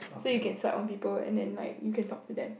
so you can swipe on people and then like you can talk to them